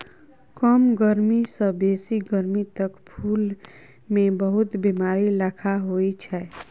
कम गरमी सँ बेसी गरमी तक फुल मे बहुत बेमारी लखा होइ छै